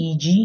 EG